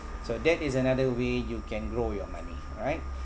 so that is another way you can grow your money all right